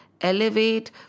elevate